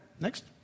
next